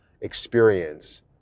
experience